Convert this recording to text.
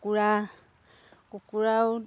কুকুৰা কুকুৰাও